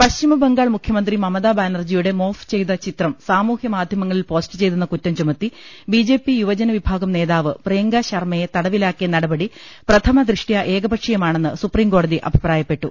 പശ്ചിമബംഗാൾ മുഖ്യമന്ത്രി മമതാ ബാനർജിയുടെ മോർഫ് ചെയ്ത ചിത്രം സാമൂഹ്യമാധ്യമങ്ങളിൽ പോസ്റ്റ് ചെയ്തെന്ന കുറ്റം ചുമത്തി ബിജെപി യുവജനവിഭാഗം നേതാവ് പ്രിയങ്കാശർമ്മയെ തടവിലാക്കിയ നടപടി പ്രഥമദൃഷ്ട്യാ ഏകൃപക്ഷീയമാണെന്ന് സുപ്രീംകോടതി അഭിപ്രായപ്പെട്ടു